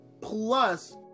plus